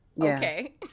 Okay